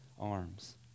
arms